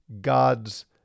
God's